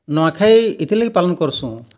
ନୂଆଖାଇ ଏଥି ଲାଗି ପାଳନ୍ କରଷୁଁ